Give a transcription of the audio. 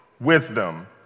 wisdom